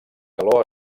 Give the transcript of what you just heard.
calor